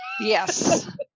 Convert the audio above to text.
yes